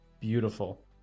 Beautiful